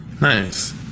Nice